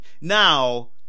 Now